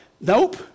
nope